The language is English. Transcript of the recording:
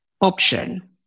option